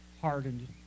hardened